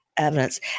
evidence